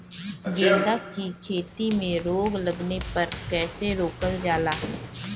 गेंदा की खेती में रोग लगने पर कैसे रोकल जाला?